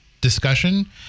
discussion